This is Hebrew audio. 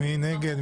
מי נגד?